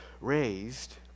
raised